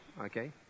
okay